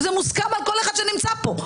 וזה מוסכם על כל אחד שנמצא פה.